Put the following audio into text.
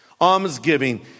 Almsgiving